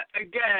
again